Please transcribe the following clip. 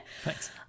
Thanks